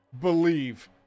Believe